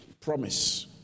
promise